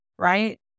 right